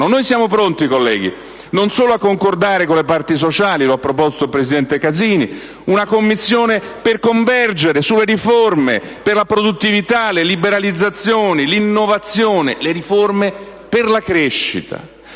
Noi siamo pronti, colleghi, non solo a concordare con le parti sociali, così come ha proposto il presidente Casini, una commissione per convergere sulle riforme per la produttività, per le liberalizzazioni, per l'innovazione, per la crescita,